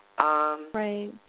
Right